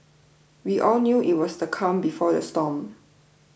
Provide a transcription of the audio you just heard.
we all knew it was the calm before the storm